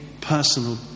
personal